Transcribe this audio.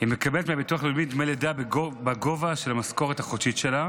היא מקבלת מביטוח לאומי דמי לידה בגובה של המשכורת החודשית שלה